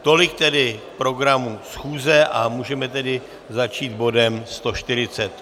Tolik tedy k programu schůze a můžeme tedy začít bodem 148.